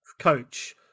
coach